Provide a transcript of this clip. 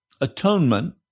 Atonement